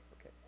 Okay